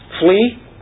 Flee